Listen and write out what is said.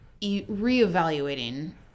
reevaluating